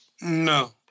No